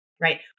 right